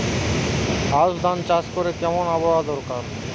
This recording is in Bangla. আউশ ধান চাষ করতে কেমন আবহাওয়া দরকার?